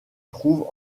trouvent